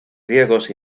riesgos